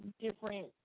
different